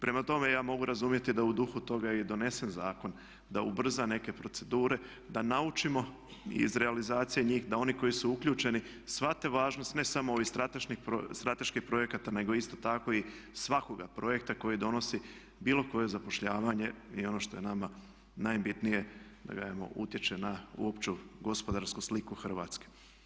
Prema tome ja mogu razumjeti da je u dugu toga i donesen zakon da ubrza neke procedure, da naučimo iz realizacije njih da oni koji su uključeni shvate važnost ne samo ovih strateških projekata nego isto tako i svakog projekta koji donosi bilo koje zapošljavanja i ono što je nama najbitnije da … utječe na opću gospodarsku sliku Hrvatske.